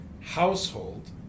household